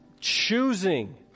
choosing